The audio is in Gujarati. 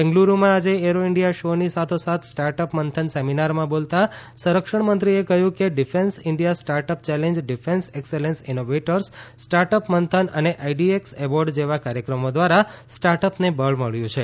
બેંગલુરુમાં આજે એરો ઇન્ડિયા શોની સાથોસાથ સ્ટાર્ટ અપ મંથન સેમિનારમાં બોલતાં સંરક્ષણમંત્રીએ કહ્યું કે defence India start up challenge defence excellence innovators start up Manthan અને આઈડીએક્સ એવોર્ડ જેવા કાર્યક્રમો દ્વારા સ્ટાર્ટ અપને બળ મળ્યું છે